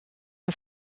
een